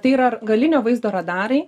tai yra galinio vaizdo radarai